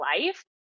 life